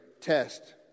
test